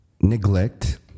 neglect